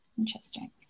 interesting